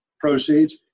proceeds